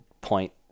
point